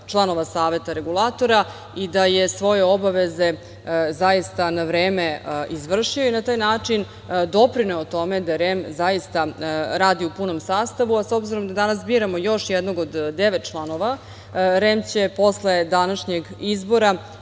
članova Saveta regulatora i da je svoje obaveze zaista na vreme izvršio i na taj način doprineo tome da REM zaista radi u punom sastavu, a s obzirom da danas biramo još jednog od devet članova REM će posle današnjeg izbora